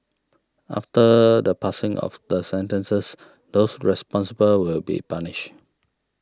after the passing of the sentences those responsible will be punished